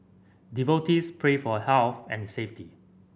devotees pray for health and safety